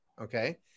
okay